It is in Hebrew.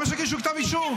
למה שיגישו כתב אישום?